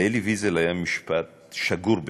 אלי ויזל, משפט היה שגור בפיו: